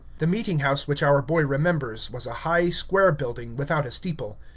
the meeting-house which our boy remembers was a high, square building, without a steeple.